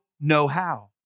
know-how